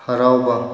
ꯍꯔꯥꯎꯕ